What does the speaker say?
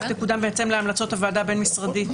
תקודם בהתאם להמלצות הוועדה הבין-משרדית,